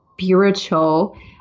spiritual